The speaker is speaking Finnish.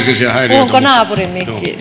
puhunko naapurin mikkiin yritän